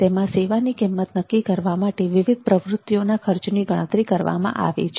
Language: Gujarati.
તેમાં સેવા કિંમત નક્કી કરવા માટે વિવિધ પ્રવૃત્તિઓના ખર્ચની ગણતરી કરવામાં આવે છે